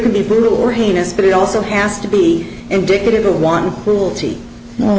can be brutal or heinous but it also has to be indicative of one cruelty